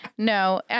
No